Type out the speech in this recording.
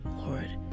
Lord